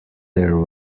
their